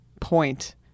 point